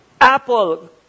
apple